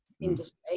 industry